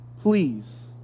Please